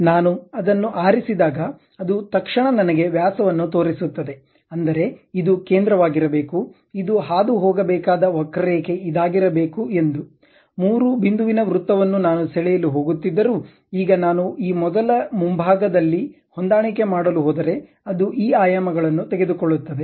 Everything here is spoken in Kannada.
ನಾನು ಅದನ್ನು ಆರಿಸಿದಾಗ ಅದು ತಕ್ಷಣ ನನಗೆ ವ್ಯಾಸವನ್ನು ತೋರಿಸುತ್ತದೆ ಅಂದರೆ ಇದು ಕೇಂದ್ರವಾಗಿರಬೇಕು ಇದು ಹಾದುಹೋಗಬೇಕಾದ ವಕ್ರರೇಖೆ ಇದಾಗಿರಬೇಕು ಎಂದು ಮೂರು ಬಿಂದುವಿನ ವೃತ್ತವನ್ನು ನಾನು ಸೆಳೆಯಲು ಹೋಗುತ್ತಿದ್ದರೂ ಈಗ ನಾನು ಈ ಮೊದಲ ಮುಂಭಾಗ ದಲ್ಲಿ ಹೊಂದಾಣಿಕೆ ಮಾಡಲು ಹೋದರೆ ಅದು ಈ ಆಯಾಮಗಳನ್ನು ತೆಗೆದುಕೊಳ್ಳುತ್ತದೆ